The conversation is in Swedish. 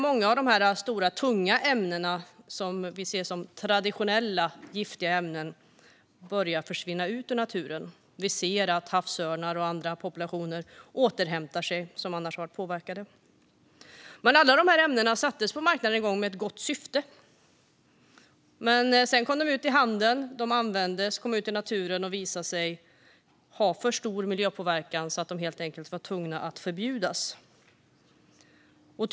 Många av de stora och tunga ämnena, som vi ser som traditionella giftiga ämnen, börjar försvinna ut ur naturen. Havsörnar och andra populationer, som tidigare påverkats, återhämtar sig. Alla dessa ämnen infördes på marknaden en gång med ett gott syfte. Sedan kom de ut i handeln. De användes och kom ut i naturen, och då visade de sig ha för stor miljöpåverkan. Vi blev helt enkelt tvungna att förbjuda dem.